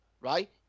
right